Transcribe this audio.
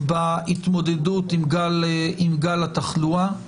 בהתמודדות עם גל התחלואה,